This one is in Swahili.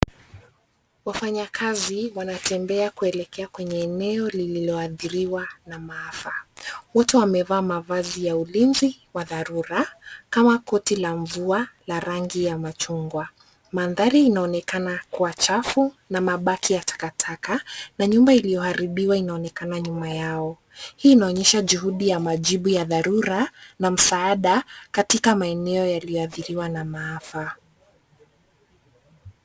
Wafanyakazi wanatembea kuelekea kwenye eneo lililoadhiriwa na maafa. Wote wamevaa mavazi ya ulinzi wa dharura kama koti la mvua la rangi ya machungwa. Mandhari inaonekana kuwa chafu na mabaki ya takataka na nyumba iliyoharibiwa inaonekana nyuma yao. Hii inaonyesha juhudi ya majibu ya dharura na msaada katika maeneo yaliyoadhiriwa na maafa.